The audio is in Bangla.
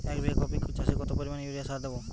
এক বিঘা কপি চাষে কত পরিমাণ ইউরিয়া সার দেবো?